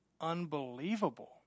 unbelievable